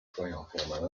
heart